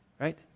right